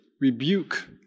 rebuke